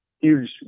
huge